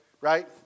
right